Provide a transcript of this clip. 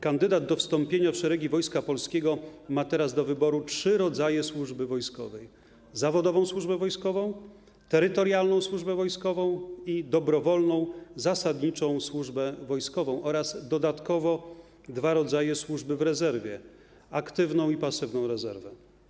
Kandydat do wstąpienia w szeregi Wojska Polskiego ma teraz do wyboru trzy rodzaje służby wojskowej: zawodową służbę wojskową, terytorialną służbę wojskową i dobrowolną zasadniczą służbę wojskową, oraz dodatkowo dwa rodzaje służby w rezerwie - aktywną i pasywną rezerwę.